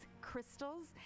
crystals